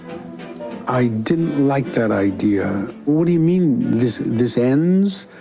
i didn't like that idea. what do you mean this this ends?